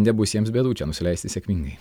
nebus jiems bėdų čia nusileisti sėkmingai